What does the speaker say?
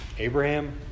Abraham